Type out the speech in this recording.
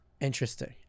Interesting